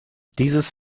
dieses